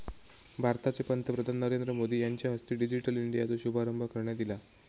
भारताचे पंतप्रधान नरेंद्र मोदी यांच्या हस्ते डिजिटल इंडियाचो शुभारंभ करण्यात ईला